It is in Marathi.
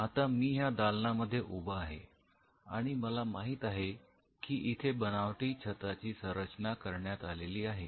आता मी ह्या दालनांमध्ये उभा आहे आणि मला माहित आहे की इथे बनावटी छताची संरचना करण्यात आलेली आहे